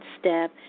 step